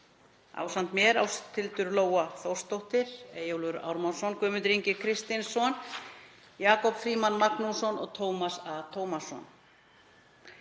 ásamt mér, þau Ásthildur Lóa Þórsdóttir, Eyjólfur Ármannsson, Guðmundur Ingi Kristinsson, Jakob Frímann Magnússon og Tómas A. Tómasson.